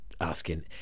asking